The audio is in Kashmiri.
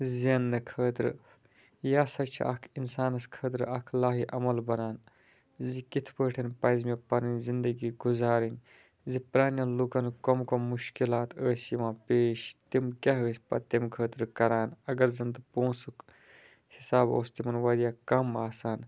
زینٛنہٕ خٲطرٕ یہِ ہسا چھِ اَکھ اِنسانَس خٲطرٕ اَکھ لاہہِ عمل بنان زِ کِتھ پٲٹھۍ پَزِ مےٚ پَنٕنۍ زندگی گُزارٕنۍ زِ پرٛانٮ۪ن لوٗکَن کَم کَم مُشکِلات ٲسۍ یِوان پیش تِم کیٛاہ ٲسۍ پَتہٕ تٔمۍ خٲطرٕ کران اگر زَنتہٕ پونٛسُک حساب اوس تِمَن واریاہ کَم آسان